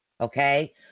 Okay